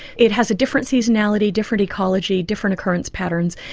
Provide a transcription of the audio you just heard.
it has a different seasonality, different ecology, different occurrence patterns,